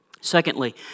Secondly